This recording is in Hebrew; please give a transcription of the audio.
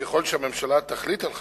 ככל שהממשלה תחליט על חקיקה,